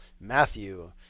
Matthew